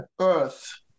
earth